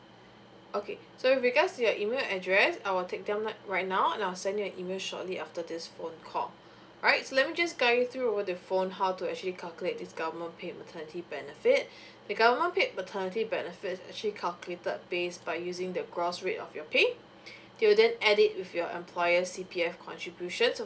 okay so with regards to your email address I'll take them ri~ right now and I will send you an email shortly after this phone call right so let me just guide you through over the phone how to actually calculate this government paid maternity benefit the government paid maternity benefit actually calculated base by using the gross rate of your pay you then add it with your employer's C_P_F contributions of